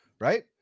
right